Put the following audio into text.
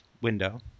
window